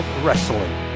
wrestling